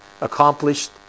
accomplished